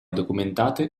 documentate